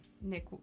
Nick